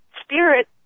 spirit